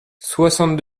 soixante